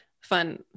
Fun